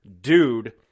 dude